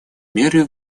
меры